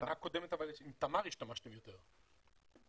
אבל בשנה קודמת השתמשתם יותר בתמר.